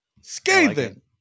Scathing